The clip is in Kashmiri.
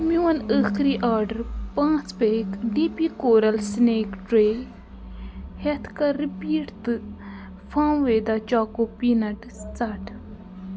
میٛون ٲخری آرڈر پٲنٛژ pack D P coral snack tray ہٮ۪تھ کَر رِپیٖٹ تہٕ فارم ویدا چاکو پیٖنٹٕس ژٹھ